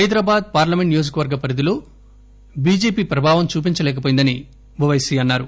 Hyderabad parliament నియోజకవర్గ పరిధిలో BJP ప్రభావం చూపించలేకవోయిందన్నారు